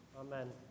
Amen